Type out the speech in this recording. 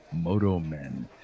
MOTOMEN